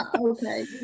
Okay